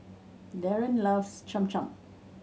Darron loves Cham Cham